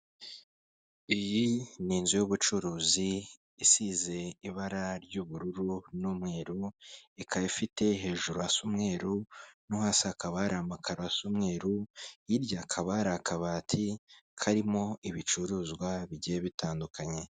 Iyi ni inzu y'ubucuruzi isize ibara ry'ubururu n'umweru ikaba ifite hejuru hasa umweru no hasi hakaba hari amakaro umweru hirya hakaba hari akabati karimo ibicuruzwa bigiye bitandukanye.